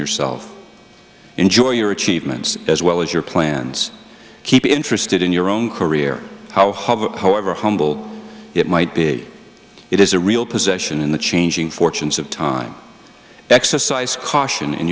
yourself enjoy your achievements as well as your plans keep interested in your own career how hover however humble it might be it is a real possession in the changing fortunes of time exercise caution in